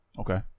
Okay